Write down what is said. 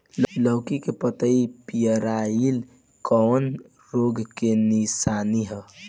लौकी के पत्ति पियराईल कौन रोग के निशानि ह?